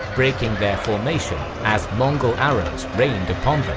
breaking their formation as mongol arrows rained upon them.